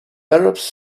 arabs